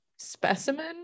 specimen